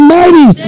mighty